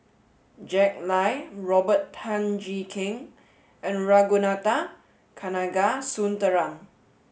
Jack Lai Robert Tan Jee Keng and Ragunathar Kanagasuntheram